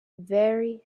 very